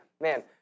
man